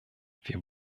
wir